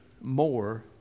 more